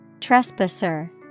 Trespasser